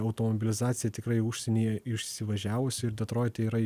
automobilizacija tikrai užsienyje išsivažiavusi ir detroite yra